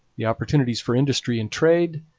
the opportunities for industry and trade,